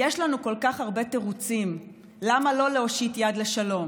יש לנו כל כך הרבה תירוצים למה לא להושיט יד לשלום,